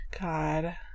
God